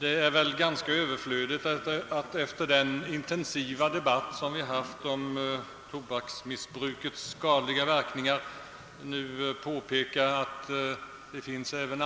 Det är väl ganska överflödigt att efter den intensiva debatt som vi har haft om tobaksmissbrukets skadliga verkningar nu påpeka, att det finns även